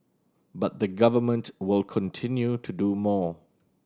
but the Government will continue to do more